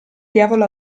diavolo